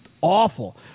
awful